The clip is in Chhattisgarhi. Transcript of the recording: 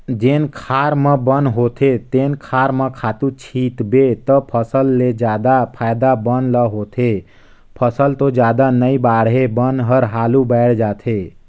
जेन खार म बन होथे तेन खार म खातू छितबे त फसल ले जादा फायदा बन ल होथे, फसल तो जादा नइ बाड़हे बन हर हालु बायड़ जाथे